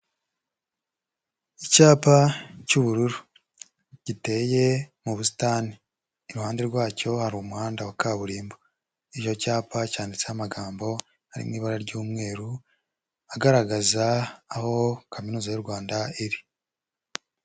Icyapa cy'ubururu giteye mu busitani iruhande rwacyo hari umuhanda wa kaburimbo, icyo cyapa cyanditseho amagambo ari mu ibara ry'umweru agaragaza aho kaminuza y'u Rwanda iri.